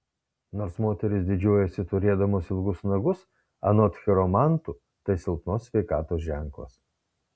nors moterys didžiuojasi turėdamos ilgus nagus anot chiromantų tai silpnos sveikatos ženklas